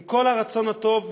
עם כל הרצון הטוב,